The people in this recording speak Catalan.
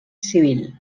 civil